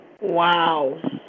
Wow